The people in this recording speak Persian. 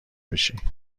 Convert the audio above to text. بشی